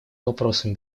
вопросам